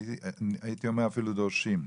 אפילו דורשים,